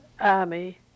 army